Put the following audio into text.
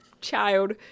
child